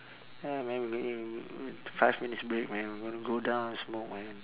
ya man m~ five minutes break man wanna go down smoke man